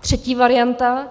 Třetí varianta